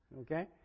Okay